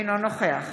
אינו נוכח